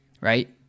Right